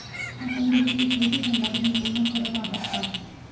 आपण देखील इक्विटी फंडात गुंतवणूक करत आहात का?